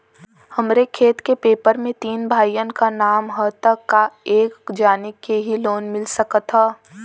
हमरे खेत के पेपर मे तीन भाइयन क नाम ह त का एक जानी के ही लोन मिल सकत ह?